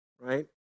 right